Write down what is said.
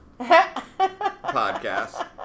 podcast